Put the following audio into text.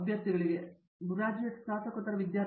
ಪ್ರತಾಪ್ ಹರಿಡೋಸ್ ಗ್ರಾಜುಯೇಟ್ ಸ್ನಾತಕೋತ್ತರ ವಿದ್ಯಾರ್ಥಿಗಳು